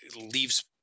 leaves